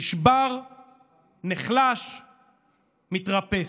נשבר, נחלש, מתרפס.